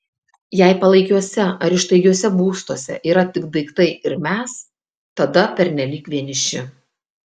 jei palaikiuose ar ištaigiuose būstuose yra tik daiktai ir mes tada pernelyg vieniši